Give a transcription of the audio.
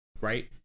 Right